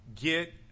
Get